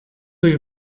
you